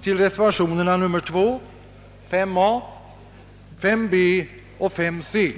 till reservationen 1.